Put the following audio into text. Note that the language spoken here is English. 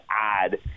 add